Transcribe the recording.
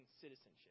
citizenship